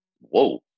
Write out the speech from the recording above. whoa